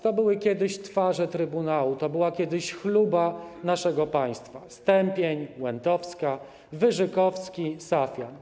To były kiedyś twarze trybunału, to była kiedyś chluba naszego państwa: Stępień, Łętowska, Wyrzykowski, Safjan.